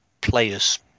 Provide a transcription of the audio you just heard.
players